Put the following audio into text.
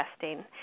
testing